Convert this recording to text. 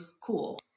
Cool